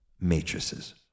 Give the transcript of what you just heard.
matrices